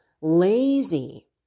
lazy